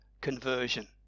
conversion